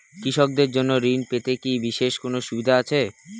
কৃষকদের জন্য ঋণ পেতে কি বিশেষ কোনো সুবিধা আছে?